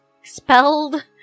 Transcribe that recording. expelled